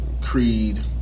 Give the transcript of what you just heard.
Creed